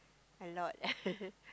a lot